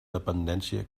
dependència